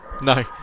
No